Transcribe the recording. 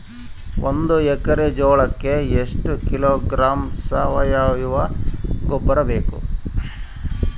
ಒಂದು ಎಕ್ಕರೆ ಜೋಳಕ್ಕೆ ಎಷ್ಟು ಕಿಲೋಗ್ರಾಂ ಸಾವಯುವ ಗೊಬ್ಬರ ಬೇಕು?